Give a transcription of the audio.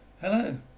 hello